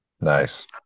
Nice